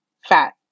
fat